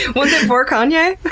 and was is for kanye?